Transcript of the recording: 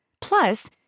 Plus